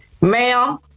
Ma'am